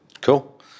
Cool